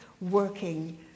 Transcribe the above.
working